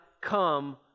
come